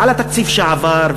על התקציב שעבר,